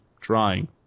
trying